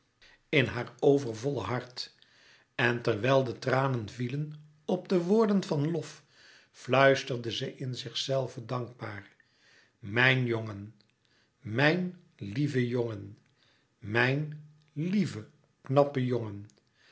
in haar overvolle hart en terwijl de tranen vielen op de woorden van lof fluisterde ze in zichzelve dankbaar mijn jongen mijn lieve jongen mijn lieve knappe jongen